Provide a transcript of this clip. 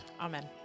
Amen